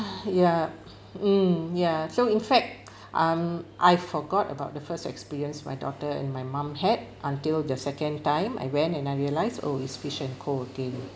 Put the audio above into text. ha yup mm ya so in fact um I forgot about the first experienced my daughter and my mum had until the second time I went and I realised oh it's Fish & Co again